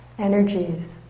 energies